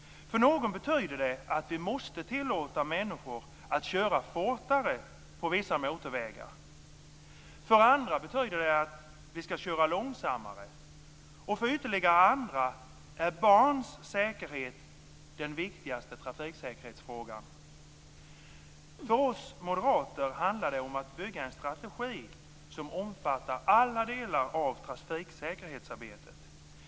För någon betyder det att vi måste tillåta människor att köra fortare på vissa motorvägar. För andra betyder det att man skall köra långsammare, och för ytterligare andra är barns säkerhet den viktigaste trafiksäkerhetsfrågan. För oss moderater handlar det om att bygga en strategi som omfattar alla delar av trafiksäkerhetsarbetet.